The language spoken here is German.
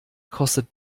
kostet